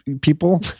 people